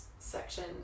section